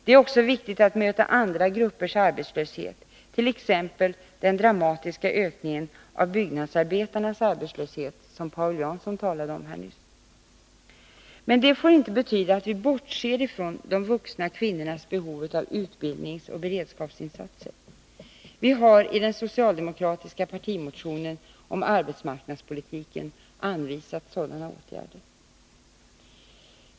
Det är också viktigt att möta andra gruppers arbetslöshet, t.ex. den dramatiska ökningen av byggnadsarbetarnas arbetslöshet, som Paul Jansson nyss talade om här. Men det får inte betyda att vi bortser från de vuxna kvinnornas behov av utbildningsoch beredskapsinsatser. Vi har i den socialdemokratiska partimotionen om arbetsmarknadspolitiken anvisat sådana åtgärder.